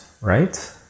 right